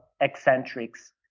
eccentrics